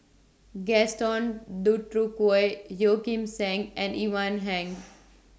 Gaston Dutronquoy Yeo Kim Seng and Ivan Heng